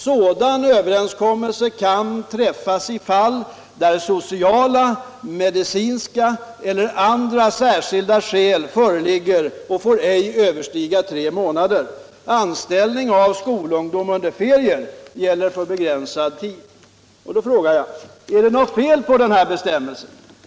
Sådan överenskommelse kan träffas i fall, där sociala, medicinska eller andra särskilda skäl föreligger och får ej överstiga tre månader. Är det något fel på den här bestämmelsen?